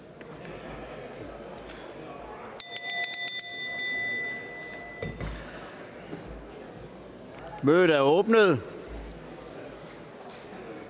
Mødet er åbnet.